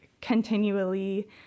continually